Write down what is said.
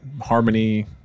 Harmony